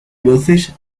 voces